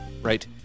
right